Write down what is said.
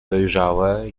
dojrzałe